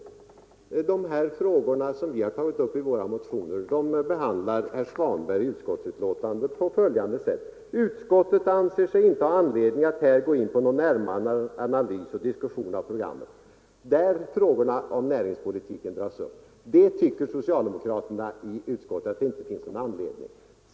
De frågor som vi har tagit upp i våra motioner behandlar herr Svanberg i utskottsbetänkandet på följande sätt: ”Utskottet anser sig inte ha anledning att här gå in på någon närmare analys och diskussion av programmet.” I det programmet dras frågorna om näringspolitiken upp, men det tycker socialdemokraterna i utskottet inte att det finns någon anledning att diskutera.